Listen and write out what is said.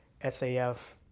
SAF